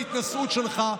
ההתנשאות שלך,